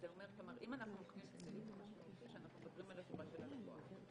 אם אנחנו לוקחים את הסעיף --- שאנחנו מדברים על הטובה של הלקוח,